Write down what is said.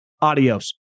Adios